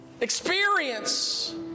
Experience